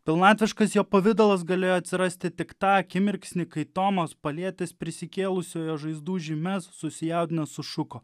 pilnatviškas jo pavidalas galėjo atsirasti tik tą akimirksnį kai tomas palietęs prisikėlusiojo žaizdų žymes susijaudinęs sušuko